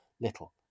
little